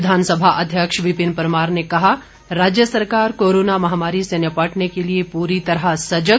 विधानसभा अध्यक्ष विपिन परमार ने कहा राज्य सरकार कोरोना महामारी से निपटने के लिए पूरी तरह सजग